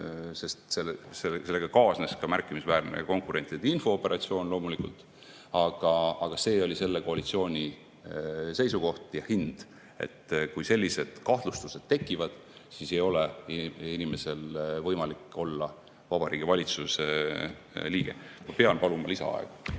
sest sellega kaasnes loomulikult ka märkimisväärne konkurentide infooperatsioon, aga see oli selle koalitsiooni seisukoht ja hind, et kui sellised kahtlused tekivad, siis ei ole inimesel võimalik olla Vabariigi Valitsuse liige. Ma pean paluma lisaaega.